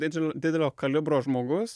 didžel didelio kalibro žmogus